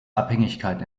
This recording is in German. abhängigkeit